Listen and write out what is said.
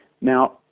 Now